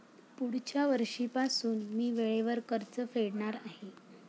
पुढच्या वर्षीपासून मी वेळेवर कर्ज फेडणार आहे